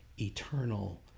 eternal